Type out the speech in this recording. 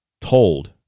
told